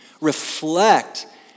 reflect